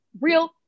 Real